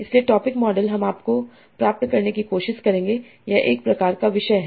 इसलिए topic model हम आपको प्राप्त करने की कोशिश करेंगे यह एक प्रकार का विषय है